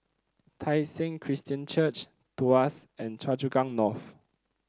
Tai Seng Christian Church Tuas and Choa Chu Kang North